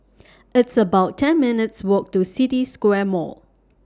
It's about ten minutes' Walk to City Square Mall